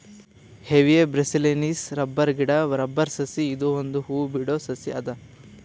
Hevea brasiliensis rubber ಗಿಡಾ rubber ಸಸಿ ಇದು ಒಂದ್ ಹೂ ಬಿಡೋ ಸಸಿ ಅದ